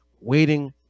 waiting